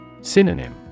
Synonym